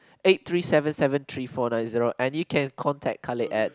eight three seven seven three four nine zero and you can contact Khalid at